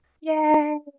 Yay